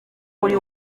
muri